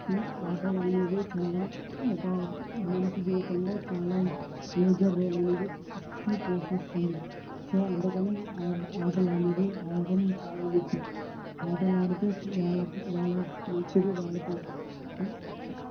ఆటలు అనేవి చాలా ఒక మనిషి జీవితంలో చాలా మేజర్ రోల్ అనేది పోషిస్తుంది సో అందుకని ఆట ఆటలు అనేవి ఆడటం చాలా ముఖ్యం ఆటలు ఆడితే వాళ్ళకి వాళ్ళ మంచిది వాళ్ళకి